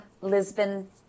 Lisbon